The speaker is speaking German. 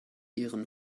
ihren